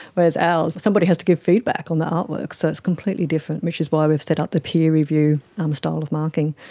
whereas ours, somebody has to give feedback on the artwork, so it's completely different, which is why we've set up the peer review um style of marking,